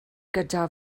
gyda